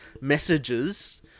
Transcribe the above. messages